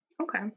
Okay